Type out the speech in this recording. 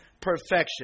perfection